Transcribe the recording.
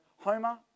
Homer